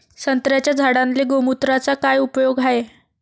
संत्र्याच्या झाडांले गोमूत्राचा काय उपयोग हाये?